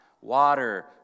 Water